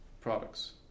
products